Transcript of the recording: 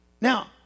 Now